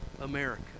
America